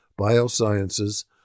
biosciences